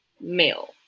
male